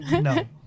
no